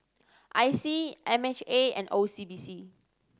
I C M H A and O C B C